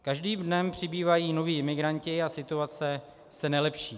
Každým dnem přibývají noví imigranti a situace se nelepší.